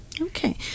Okay